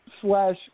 slash